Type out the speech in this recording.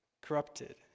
corrupted